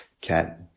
Cat